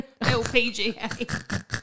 LPGA